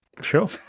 sure